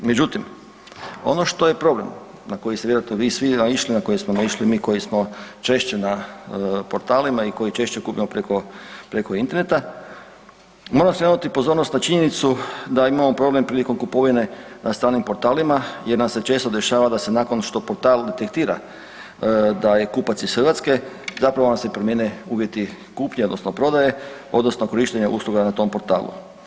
Međutim, ono što je problem na koji ste vjerojatno vi svi naišli, na koji smo naišli mi koji smo češće na portalima i koji češće kupujemo preko interneta moram skrenuti pozornost na činjenicu da imamo problem prilikom kupovine na stranim portalima jer nam se često dešava da se nakon što portal detektira da je kupac ih Hrvatske zapravo vam se promijene uvjeti kupnje odnosno prodaje odnosno korištenja usluga na tom portalu.